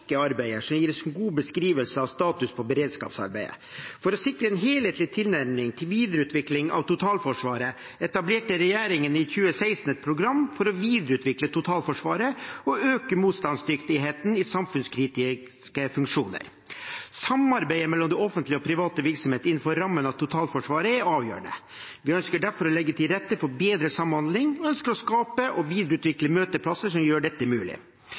arbeider som gir oss en god beskrivelse av status for beredskapsarbeidet. For å sikre en helhetlig tilnærming til videreutvikling av totalforsvaret etablerte regjeringen i 2016 et program for å videreutvikle totalforsvaret og øke motstandsdyktigheten i samfunnskritiske funksjoner. Samarbeidet mellom det offentlige og private virksomheter innenfor rammen av totalforsvaret er avgjørende. Vi ønsker derfor å legge til rette for bedre samhandling og ønsker å skape og videreutvikle møteplasser som gjør dette mulig.